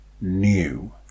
new